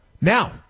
Now